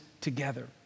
together